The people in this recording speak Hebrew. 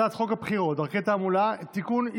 הצעת חוק הבחירות (דרכי תעמולה) (תיקון,